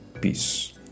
Peace